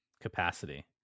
capacity